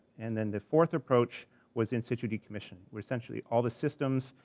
and then the fourth approach was in security commission, where essentially all the systems,